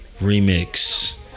Remix